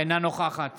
אינה נוכחת